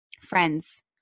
Friends